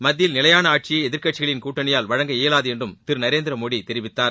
மத்தியில் நிலையான ஆட்சியை எதிர்க்கட்சிகளின் கூட்டணியால் வழங்க இயலாது என்றும் திரு நரேந்திரமோடி தெரிவித்தார்